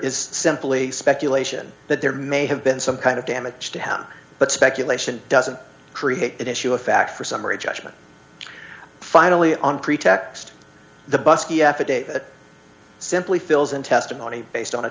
is simply speculation that there may have been some kind of damage to him but speculation doesn't create an issue of fact for summary judgment finally on pretext the bus affidavit simply fills in testimony based on a